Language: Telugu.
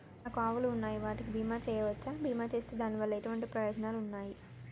నాకు ఆవులు ఉన్నాయి వాటికి బీమా చెయ్యవచ్చా? బీమా చేస్తే దాని వల్ల ఎటువంటి ప్రయోజనాలు ఉన్నాయి?